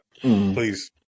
Please